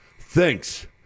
thinks